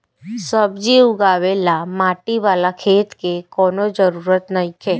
सब्जी उगावे ला माटी वाला खेत के कवनो जरूरत नइखे